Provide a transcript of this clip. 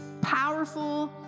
powerful